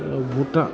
Bhutan